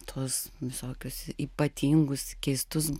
tuos visokius ypatingus keistus